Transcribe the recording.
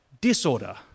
disorder